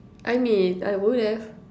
I mean I would have